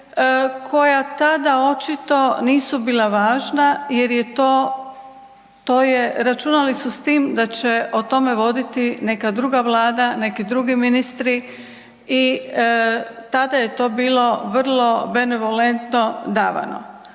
koja tada očito nisu bila važna jer je to, to je, računali su s tim da će o tome voditi neka druga Vlada, neki drugi ministri i tada je to bilo vrlo benevolentno davano.